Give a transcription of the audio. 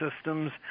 systems